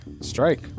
strike